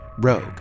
Rogue